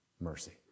Mercy